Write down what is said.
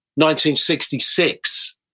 1966